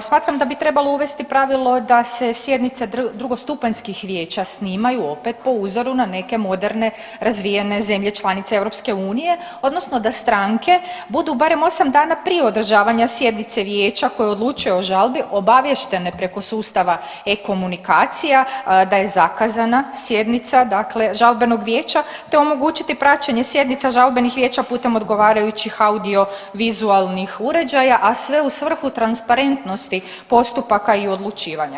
smatram da bi trebalo uvesti pravilo da se sjednice drugostupanjskih vijeća snimaju opet po uzoru na neke moderne razvijene zemlje članice EU odnosno da stranke budu barem 8 dana prije održavanja sjednice vijeća koje odlučuje o žalbi obaviještene preko sustava e-komunikacija da je zakazana sjednica dakle žalbenog vijeća te omogućiti praćenje sjednica žalbenih vijeća putem odgovarajućih audio-vizualnih uređaja, a sve u svrhu transparentnosti postupaka i odlučivanja.